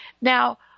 Now